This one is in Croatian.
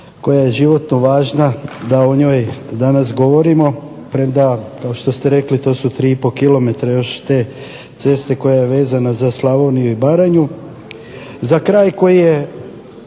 koja je životno važna da o njoj danas govorimo premda kao što ste rekli to su 3,5 km još te ceste koja je vezana za Slavoniju i Baranju. Za kraj koji je,